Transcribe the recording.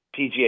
PGA